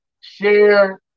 share